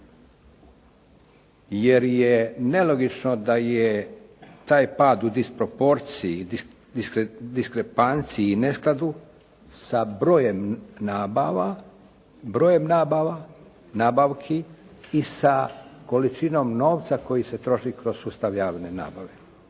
jer je nelogično da je taj pad u disproporciji, diskrepanciji i neskladu sa brojem nabava, brojem nabava, nabavki i sa količinom novca koji se troši kroz sustav javne nabave.